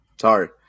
sorry